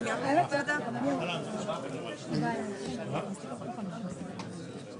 התשפ"ג 2023. מגיש הרוויזיה הוא ולדימיר בליאק.